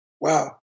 Wow